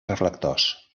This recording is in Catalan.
reflectors